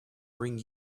bring